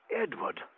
Edward